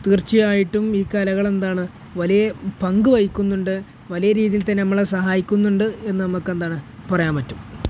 തീർച്ചയായിട്ടും ഈ കലകളെന്താണ് വലിയ പങ്കു വഹിക്കുന്നുണ്ട് വലിയ രീതിയിൽത്തന്നെ നമ്മളെ സഹായിക്കുന്നുണ്ട് എന്ന് നമ്മൾക്കെന്താണ് പറയാൻ പറ്റും